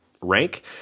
rank